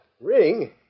Ring